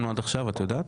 קיימנו עד עכשיו את יודעת.